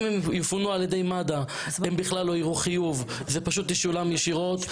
אם הם יפונו על ידי מד"א הם בכלל לא יראו חיוב זה פשוט ישולם ישירות.